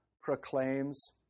proclaims